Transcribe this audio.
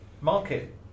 market